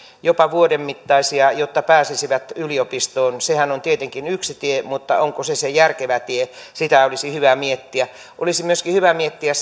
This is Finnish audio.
jopa vuoden mittaisia jotta pääsisivät yliopistoon sehän on tietenkin yksi tie mutta onko se se järkevä tie sitä olisi hyvä miettiä olisi myöskin hyvä miettiä